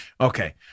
Okay